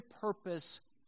purpose